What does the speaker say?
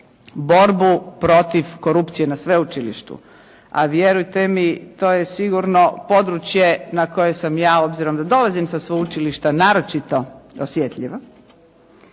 borbu protiv korupcije na sveučilištu, a vjerujte mi to je sigurno područje na koje sam ja, obzirom da dolazim sa sveučilišta, naročito osjetljiva.